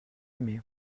aimé